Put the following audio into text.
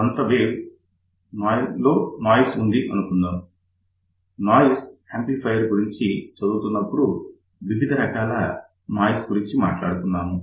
ఉదాహరణకు కొంత నాయిస్ ఉందనుకుందాం లో నాయిస్ యాంప్లిఫయర్ గురించి చదువుకున్నప్పుడు వివిధ రకాల నాయిస్ గురించి చూసుకున్నాము